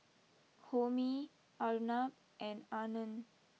Homi Arnab and Anand